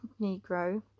negro